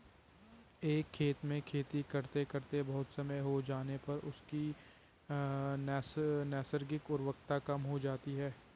एक खेत में खेती करते करते बहुत समय हो जाने पर उसकी नैसर्गिक उर्वरता कम हो जाती है